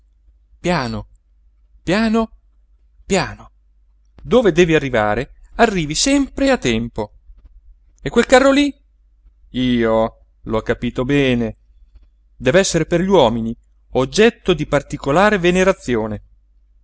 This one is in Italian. piano piano piano dove devi arrivare arrivi sempre a tempo e quel carro lí io l'ho capito bene dev'essere per gli uomini oggetto di particolare venerazione